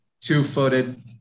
two-footed